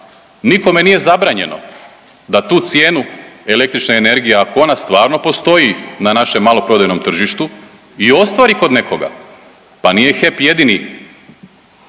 Nikome nije zabranjeno da tu cijenu električne energije ako ona stvarno postoji na našem maloprodajnom tržištu i ostvari kod nekoga. Pa nije HEP jedini